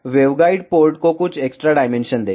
और waveguide port को कुछ एक्स्ट्रा डायमेंशन दें